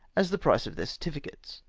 as the price of their certificates.